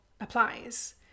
applies